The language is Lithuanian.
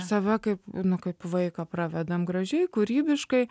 save kaip nu kaip vaiką pravedam gražiai kūrybiškai